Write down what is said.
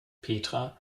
petra